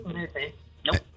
Nope